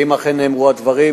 ואם אכן נאמרו הדברים,